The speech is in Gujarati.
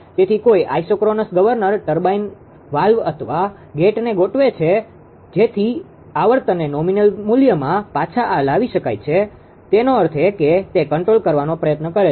તેથી કોઈ આઇસોક્રોનસ ગવર્નર ટર્બાઇન વાલ્વ અથવા ગેટને ગોઠવે છે જેથી આવર્તનને નોમિનલ મૂલ્યમાં પાછા લાવી શકાય તેનો અર્થ એ કે તે કંટ્રોલ કરવાનો પ્રયત્ન કરે છે